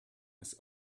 his